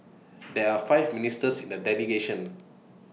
there are five ministers in the delegation